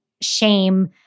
shame